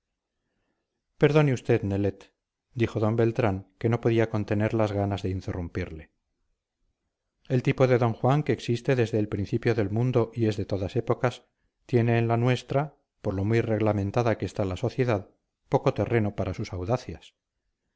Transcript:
perdone usted nelet dijo d beltrán que no podía contener las ganas de interrumpirle el tipo de d juan que existe desde el principio del mundo y es de todas épocas tiene en la nuestra por lo muy reglamentada que está la sociedad poco terreno para sus audacias